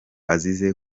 azize